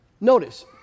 Notice